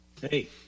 Hey